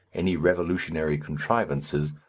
any revolutionary contrivances,